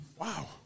Wow